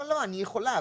אני יכולה,